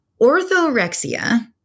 orthorexia